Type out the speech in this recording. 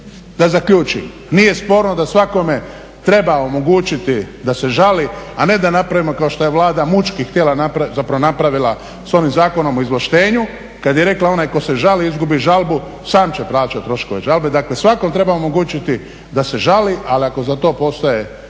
da zaključim. Nije sporno da svakome treba omogućiti da se žali a ne da napravimo kao što je Vlada mučki htjela napraviti, zapravo napravila s ovim Zakonom o izvlaštenju kad je rekla onaj tko se žali izgubi žalbu sam će plaćati troškove žalbe. Dakle, svakom treba omogućiti da se žali. Ali ako za to postoji